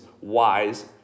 wise